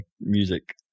music